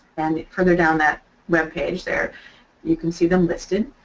and further down that webpage there you can see them listed.